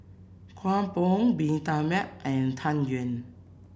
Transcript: Kueh Bom Bee Tai Mak and Tang Yuen